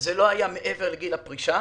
זה לא היה מעבר לגיל הפרישה.